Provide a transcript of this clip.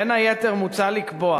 בין היתר מוצע לקבוע